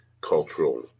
cultural